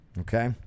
Okay